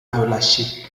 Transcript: relâché